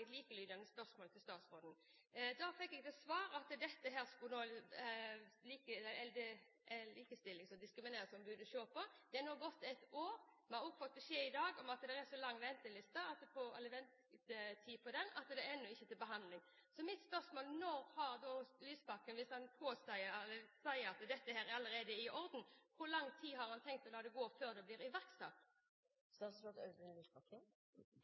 et likelydende spørsmål til statsråden. Da fikk jeg til svar at dette skulle likestillings- og diskrimineringsombudet se på. Det er nå gått ett år, og vi har i dag fått beskjed om at det er så lang ventetid at det ennå ikke er til behandling. Mitt spørsmål er: Hvis statsråd Lysbakken sier at dette allerede er i orden, hvor lang tid har han tenkt å la det gå før det blir iverksatt?